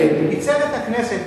ייצג את הכנסת,